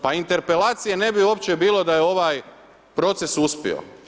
Pa interpelacije ne bi uopće bilo da je ovaj proces uspio.